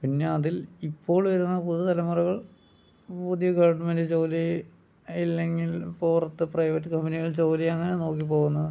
പിന്നെ അതിൽ ഇപ്പോൾ വരുന്ന പുതു തലമുറകൾ പുതിയ ഗവൺമെൻറ്റ് ജോലി ഇല്ലങ്കിൽ പുറത്ത് പ്രൈവറ്റ് കമ്പനികൾ ജോലി അങ്ങനെ നോക്കി പോകുന്നു